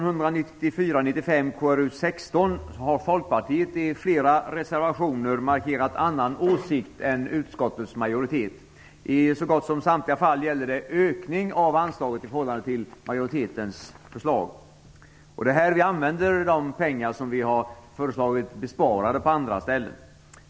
har Folkpartiet i flera reservationer markerat andra åsikter än utskottets majoritet. I så gott som samtliga fall vill vi ha en ökning av anslagen i förhållande till majoritetens förslag. Det är här vi använder de pengar som vi vill spara på andra ställen.